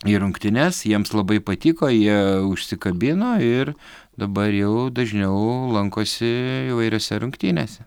į rungtynes jiems labai patiko jie užsikabino ir dabar jau dažniau lankosi įvairiose rungtynėse